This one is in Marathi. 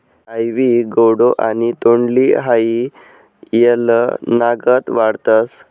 आइवी गौडो आणि तोंडली हाई येलनागत वाढतस